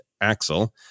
Axel